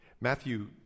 Matthew